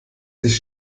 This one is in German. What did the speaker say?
sich